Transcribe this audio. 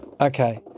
Okay